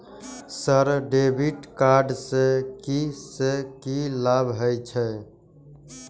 Sir debit card से की से की लाभ हे छे?